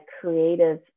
creative